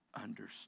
understand